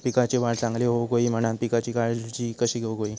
पिकाची वाढ चांगली होऊक होई म्हणान पिकाची काळजी कशी घेऊक होई?